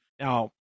now